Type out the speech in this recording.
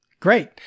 Great